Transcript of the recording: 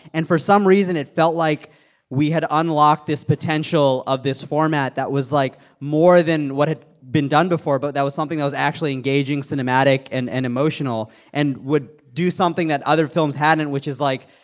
and for some reason, it felt like we had unlocked this potential of this format that was, like, more than what had been done before but that was something that was actually engaging, cinematic and and emotional and would do something that other films hadn't, which is, like,